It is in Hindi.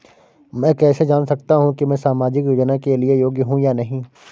मैं कैसे जान सकता हूँ कि मैं सामाजिक योजना के लिए योग्य हूँ या नहीं?